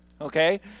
Okay